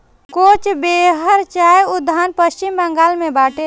कोच बेहर चाय उद्यान पश्चिम बंगाल में बाटे